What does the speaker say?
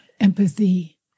Empathy